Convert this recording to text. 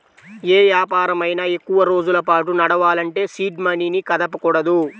యే వ్యాపారమైనా ఎక్కువరోజుల పాటు నడపాలంటే సీడ్ మనీని కదపకూడదు